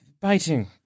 biting